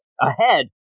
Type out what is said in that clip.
ahead